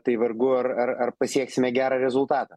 tai vargu ar ar ar pasieksime gerą rezultatą